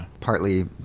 partly